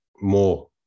more